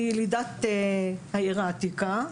היא ילידת העיר העתיקה,